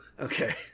Okay